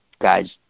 guys